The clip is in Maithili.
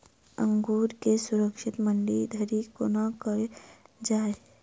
अंगूर केँ सुरक्षित मंडी धरि कोना लकऽ जाय?